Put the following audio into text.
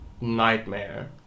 nightmare